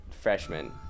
freshman